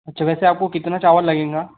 अच्छा वैसे आपको कितना चावल लगेगा